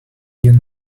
your